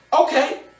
Okay